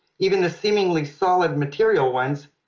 even the seemingly solid material ones,